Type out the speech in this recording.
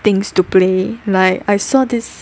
things to play like I saw this